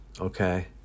okay